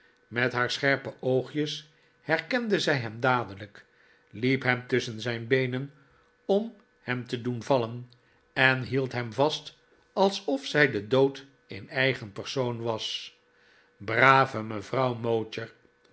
met haar scherpe oogjes herkende zij hem dadelijk hep hem tusschen zijn beenen om hem te doen vallen en hield hem vast alsof zij de dood in eigen persoon was brave